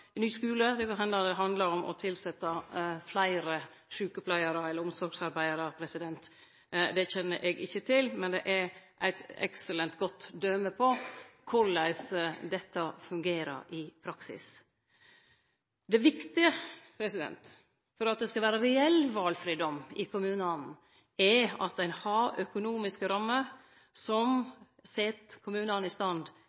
fleire sjukepleiarar eller omsorgsarbeidarar – det kjenner eg ikkje til, men det er eit eksellent godt døme på korleis dette fungerer i praksis. Det viktige for at det skal vere reell valfridom i kommunane, er at ein har